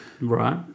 Right